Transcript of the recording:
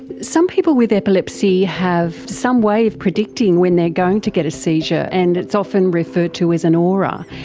some people with epilepsy have some way of predicting when they are going to get a seizure, and it's often referred to as an aura.